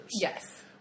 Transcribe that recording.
Yes